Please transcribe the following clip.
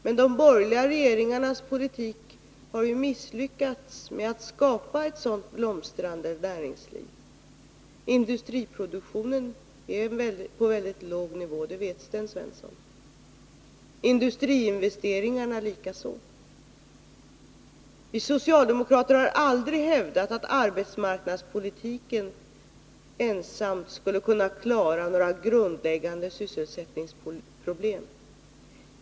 Men de borgerliga regeringarnas politik har misslyckats med att skapa ett sådant blomstrande näringsliv. Industriproduktionen ligger på en mycket låg nivå — det vet Sten Svensson. Industriinvesteringarna gör det likaså. Vi socialdemokrater har aldrig hävdat att arbetsmarknadspolitiken ensam skulle kunna klara våra grundläggande sysselsättningsproblem.